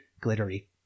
glittery